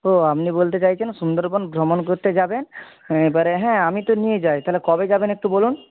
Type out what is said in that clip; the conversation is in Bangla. ও আপনি বলতে চাইছেন সুন্দরবন ভ্রমণ করতে যাবেন এবারে হ্যাঁ আমি তো নিয়ে যাই তাহলে কবে যাবেন একটু বলুন